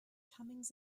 comings